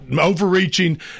overreaching